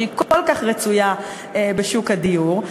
שהיא כל כך רצויה בשוק הדיור.